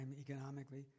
economically